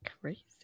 Crazy